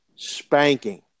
spanking